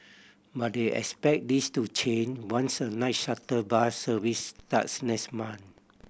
but they expect this to change once a night shuttle bus service starts next month